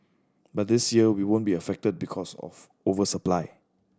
but this year we won't be affected because of over supply